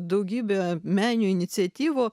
daugybę meninių iniciatyvų